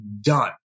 done